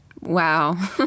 Wow